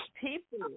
people